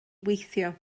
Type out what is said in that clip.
weithio